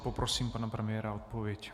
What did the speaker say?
Poprosím pana premiéra o odpověď.